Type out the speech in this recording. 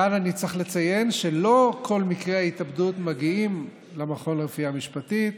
כאן אני צריך לציין שלא כל מקרי התאבדות מגיעים למכון לרפואה משפטית.